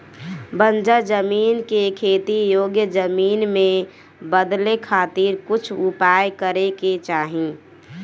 बंजर जमीन के खेती योग्य जमीन में बदले खातिर कुछ उपाय करे के चाही